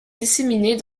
disséminés